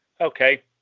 Okay